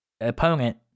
opponent